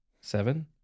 Seven